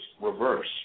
reverse